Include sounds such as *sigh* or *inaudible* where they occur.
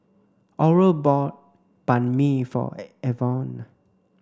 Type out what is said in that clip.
Oral bought Banh Mi for *unintelligible* Evonne